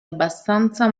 abbastanza